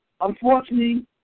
unfortunately